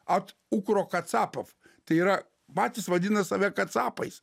at ukrokacapov tai yra patys vadina save kad kacapais